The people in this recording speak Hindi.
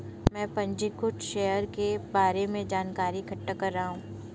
मैं पंजीकृत शेयर के बारे में जानकारी इकट्ठा कर रहा हूँ